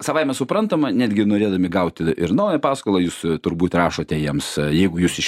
savaime suprantama netgi norėdami gauti ir naują paskolą jūs turbūt rašote jiems jeigu jūs iš